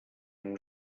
and